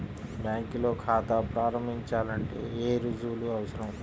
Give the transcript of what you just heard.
బ్యాంకులో ఖాతా ప్రారంభించాలంటే ఏ రుజువులు అవసరం?